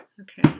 Okay